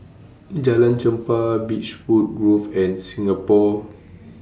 Jalan Chempah Beechwood Grove and Singapore